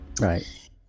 Right